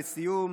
לסיום,